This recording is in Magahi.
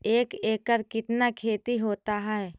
एक एकड़ कितना खेति होता है?